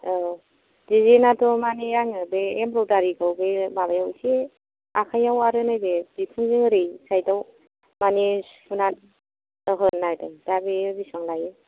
औ डिजाइन आथ' माने आङो बे एम्ब्र'यडारि खौ बे माबायाव एसे आखाइयाव आरो नैबे बिखुंजों ओरै साइड आव माने सुनानै होनो नागिरदों दा बेयो बेसेबां लायो